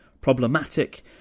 problematic